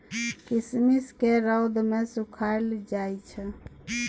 किशमिश केँ रौद मे सुखाएल जाई छै